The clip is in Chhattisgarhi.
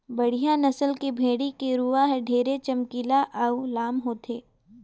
बड़िहा नसल के भेड़ी के रूवा हर ढेरे चमकीला अउ लाम होथे